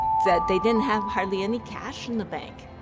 that they didn't have hardly any cash in the bank,